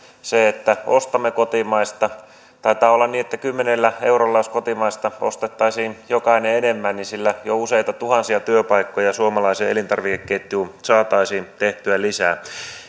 sillä että ostamme kotimaista taitaa olla niin että jos kymmenellä eurolla enemmän kotimaista ostaisi jokainen niin sillä jo useita tuhansia työpaikkoja suomalaiseen elintarvikeketjuun saataisiin tehtyä lisää